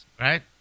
Right